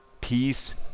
peace